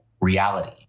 reality